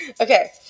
Okay